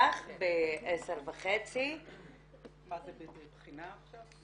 יש לך ב-10:30 --- מה זה, בחינה עכשיו?